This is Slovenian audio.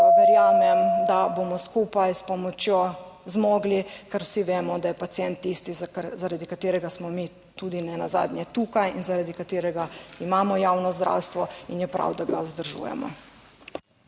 verjamem, da bomo skupaj s pomočjo zmogli, ker vsi vemo, da je pacient tisti, zaradi katerega smo mi tudi nenazadnje tukaj in zaradi katerega imamo javno zdravstvo in je prav, da ga vzdržujemo.